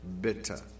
bitter